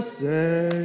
say